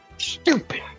Stupid